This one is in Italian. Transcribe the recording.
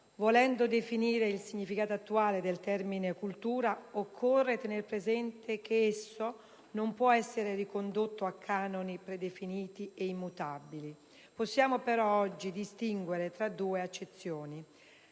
Volendo definire il significato attuale del termine cultura, occorre tener presente che esso non può essere ricondotto a canoni predefiniti e immutabili. Possiamo, però, oggi distinguere tra due accezioni: